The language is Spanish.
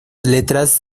letras